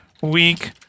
week